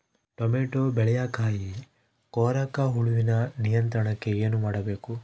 Tomato ಬೆಳೆಯ ಕಾಯಿ ಕೊರಕ ಹುಳುವಿನ ನಿಯಂತ್ರಣಕ್ಕೆ ಏನು ಮಾಡಬೇಕು?